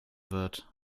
wird